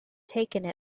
taken